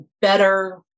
better